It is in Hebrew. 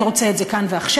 אני רוצה את זה כאן ועכשיו,